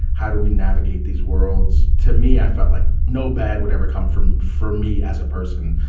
how do we navigate these worlds? to me, i felt like no bad would ever come from for me as a person,